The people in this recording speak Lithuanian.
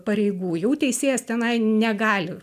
pareigų jau teisėjas tenai negali